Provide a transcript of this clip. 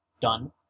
Done